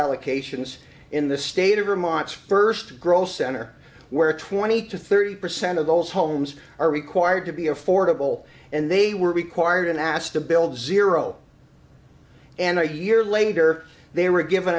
allocations in the state of vermont spurs growth center where twenty to thirty percent of those homes are required to be affordable and they were required and asked to build zero and a year later they were given